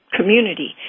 community